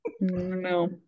No